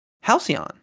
Halcyon